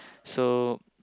so